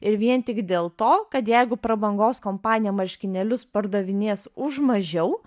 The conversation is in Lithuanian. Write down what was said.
ir vien tik dėl to kad jeigu prabangos kompanija marškinėlius pardavinės už mažiau